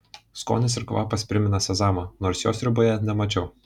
skonis ir kvapas primena sezamą nors jo sriuboje nemačiau